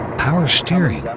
power steering,